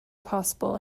possible